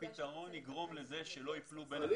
הפתרון יגרום לזה שלא ייפלו בין הכיסאות.